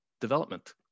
development